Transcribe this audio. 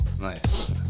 Nice